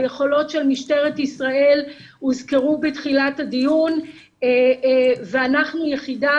היכולות של משטרת ישראל הוזכרו בתחילת הדיון ואנחנו יחידה